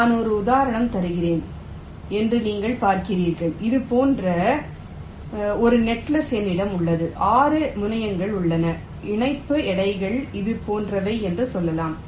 நான் ஒரு உதாரணம் தருகிறேன் என்று நீங்கள் பார்க்கிறீர்கள் இது போன்ற ஒரு நெட்லிஸ்ட் என்னிடம் உள்ளது 6 முனைகள் உள்ளன இணைப்பு எடைகள் இது போன்றவை என்று சொல்லலாம்